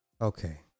Okay